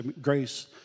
Grace